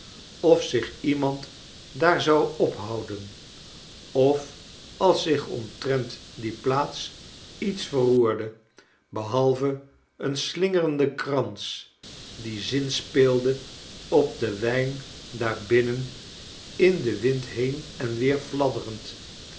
of zich iemand daar zou ophouden of als zich omtrent die plaats iets verroerde behalve een slingerende krans die zinspelende op den wijn daar binnen in den wind heen en weer